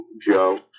Joe